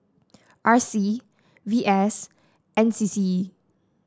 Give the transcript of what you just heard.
R C V S N C C